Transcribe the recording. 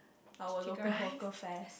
our local hawker fare